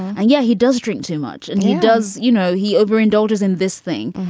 and yeah, he does drink too much. and he does, you know, he overindulgence in this thing,